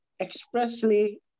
expressly